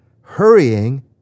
hurrying